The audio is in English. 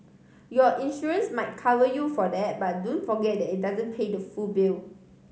your insurance might cover you for that but don't forget that it doesn't pay the full bill